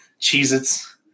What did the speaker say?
Cheez-Its